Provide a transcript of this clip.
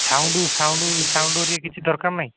sound sound sound ହେରିକା କିଛି ଦରକାର ନାହିଁ